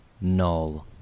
Null